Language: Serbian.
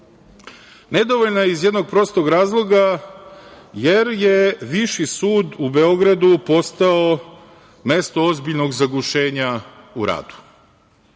Nedovoljna je iz jednog prostog razloga, jer je Viši sud u Beogradu postao mesto ozbiljnog zagušenja u radu. Viši